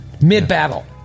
Mid-battle